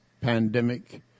pandemic